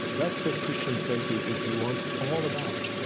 that's what christian faith is, if you want, all about.